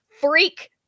freak